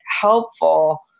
helpful